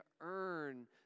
earn